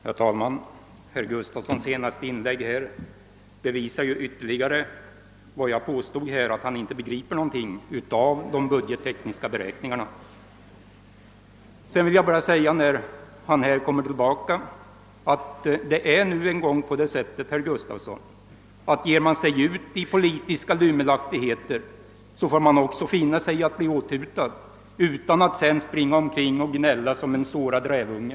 Herr talman! Herr Gustavssons i Alvesta senaste inlägg bevisar riktigheten av vad jag påstod, nämligen att han inte begriper någonting av de budgettekniska beräkningarna. Det är nu en gång på det sättet, herr Gustavsson, att om man ger sig in på politiska lymmelaktigheter får man finna sig i att bli åthutad utan att springa omkring och gnälla som en sårad rävunge.